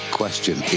question